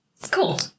Cool